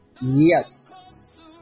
yes